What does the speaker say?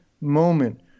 moment